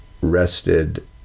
rested